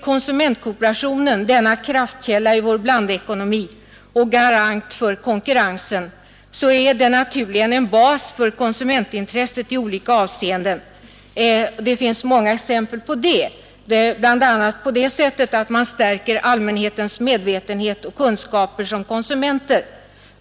Konsumentkooperationen, denna kraftkälla i vår blandekonomi och garant för konkurrensen, är naturligen en bas för konsumentintressena i olika avseenden. Det finns många exempel på det. Bl. a. stärker den allmänhetens medvetenhet och kunskaper som konsumenter.